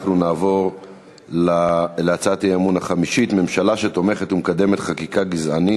אנחנו נעבור להצעת האי-אמון החמישית: ממשלה שתומכת ומקדמת חקיקה גזענית,